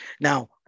Now